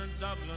Dublin